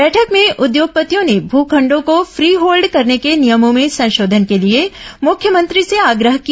बैठक में उद्योगपतियों ने भू खंडों को फ्री होल्ड करने के नियमों में संशोधन के लिए मुख्यमंत्री से आग्रह किया